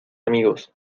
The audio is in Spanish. amigos